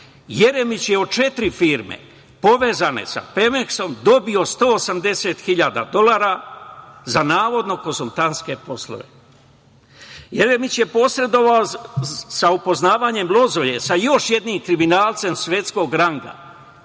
Jeremić je od četiri firme povezane sa „Pemeksom“ dobio 180.000 dolara za navodno konsultantske poslove. Jeremić je posredovao sa upoznavanjem Lozoje sa još jednim kriminalcem svetskog ranga,